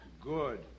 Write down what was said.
Good